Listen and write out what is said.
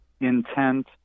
intent